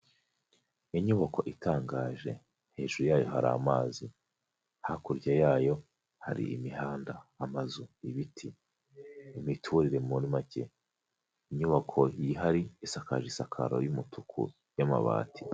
Inyubako itangaje hejuru yayo hari amazi hakurya yayo hari imihanda, amazu, ibiti, imiturire muri make, inyubako ihari isakaje isakaro y'umutuku y'amabati.